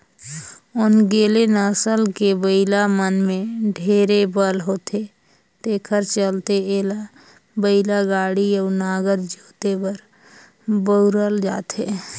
ओन्गेले नसल के बइला मन में ढेरे बल होथे तेखर चलते एला बइलागाड़ी अउ नांगर जोते बर बउरल जाथे